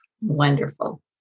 Wonderful